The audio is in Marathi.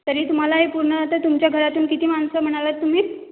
तरीही तुम्हाला हे पूर्ण आता तुमच्या घरातून किती माणसं म्हणालात तुम्ही